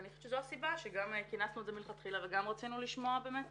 ואני חושבת שזו הסיבה שגם כינסנו את זה מלכתחילה וגם רצינו לשמוע באמת